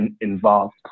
involved